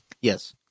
Yes